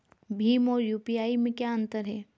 भीम और यू.पी.आई में क्या अंतर है?